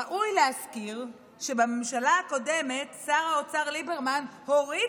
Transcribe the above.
ראוי להזכיר שבממשלה הקודמת שר האוצר ליברמן הוריד